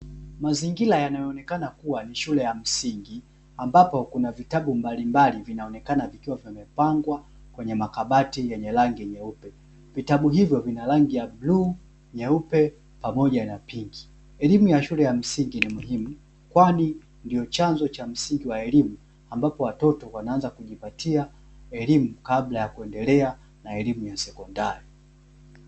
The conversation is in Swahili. Mazingira yanayoonekana kuwa ni shule ya msingi, ambapo kuna vitabu mbalimbali vinaonekana vikiwa vimepangwa kwenye makabati yenye rangi nyeupe. Vitabu hivyo vina rangi ya bluu, nyeupe pamoja na pinki. Elimu ya shule ya msingi ni muhimu kwani ndio chanzo cha msingi wa elimu, ambapo watoto wanaanza kujipatia elimu kabla ya kuendelea na elimu ya sekondari.